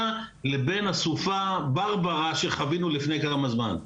לבין הסופה ברברה שחווינו לפני כמה זמן?